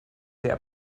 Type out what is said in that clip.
der